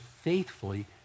faithfully